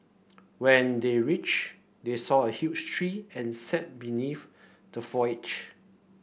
when they reached they saw a huge tree and sat beneath the foliage